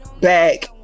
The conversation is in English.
Back